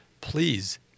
please